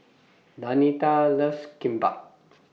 Danita loves Kimbap